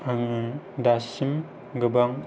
आं दासिम गोबां